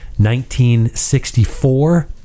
1964